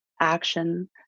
action